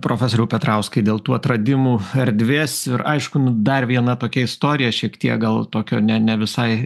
profesoriau petrauskai dėl tų atradimų erdvės ir aišku nu dar viena tokia istorija šiek tiek gal tokio ne ne visai